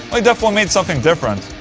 ah definitely made something different